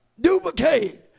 Duplicate